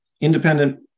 independent